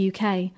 UK